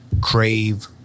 Crave